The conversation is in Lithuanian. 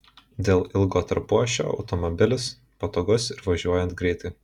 dėl ilgo tarpuašio automobilis patogus ir važiuojant greitai